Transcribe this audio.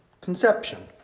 conception